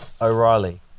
O'Reilly